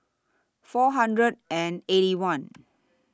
four hundred and Eighty One